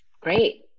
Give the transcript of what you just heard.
Great